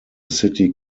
city